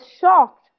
shocked